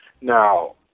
Now